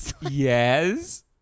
Yes